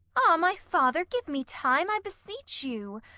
ah! my father, give me time, i beseech you!